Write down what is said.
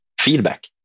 feedback